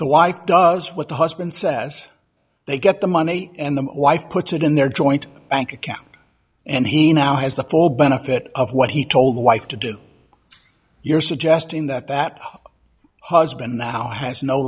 the wife does what the husband says they get the money and the wife puts it in their joint bank account and he now has the full benefit of what he told the wife to do you're suggesting that that husband now has no